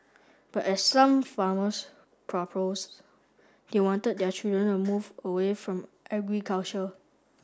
but as some farmers proposed they wanted their children to move away from agriculture